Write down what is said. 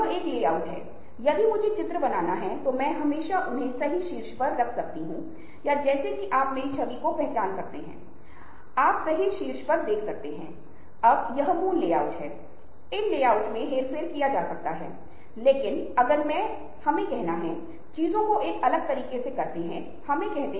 और जिस तरह से यह ट्वीट प्रचलित होता है और यही मैंने कहा है कि इस सत्र के दौरान आपको कुछ प्रयोगों के लिंक मिलेंगे जो हमने सेट किए हैं जो सोशल मीडिया जैसे ट्वीट्स या फेसबुक का उपयोग करते हैं ताकि यह समझ सकें कि ये व्यवहार बहुत प्रभावशाली कैसे हैं